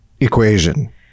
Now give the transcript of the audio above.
equation